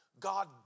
God